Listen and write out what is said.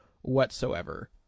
whatsoever